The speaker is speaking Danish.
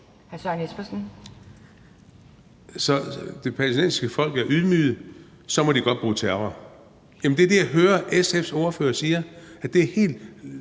Søren Espersen (DF): Så det palæstinensiske folk er ydmyget, og så må de godt bruge terror. Jamen det er det, jeg hører at SF's ordfører siger, altså at det er helt